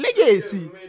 Legacy